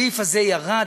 הסעיף הזה ירד.